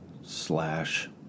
slash